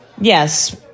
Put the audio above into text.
Yes